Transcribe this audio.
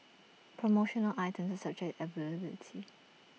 promotional items subject availability